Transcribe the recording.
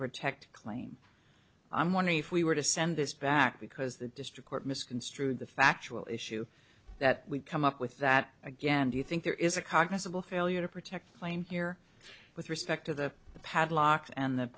protect claim i'm wondering if we were to send this back because the district court misconstrued the factual issue that we've come up with that again do you think there is a cognizable failure to protect claim here with respect to the padlock and the